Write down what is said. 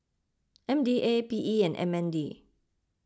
M D A P E and M N D